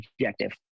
objective